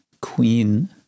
Queen